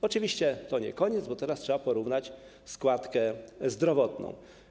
Oczywiście to nie koniec, bo teraz trzeba porównać składkę zdrowotną.